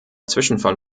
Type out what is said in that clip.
zwischenfall